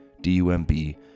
D-U-M-B